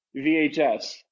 VHS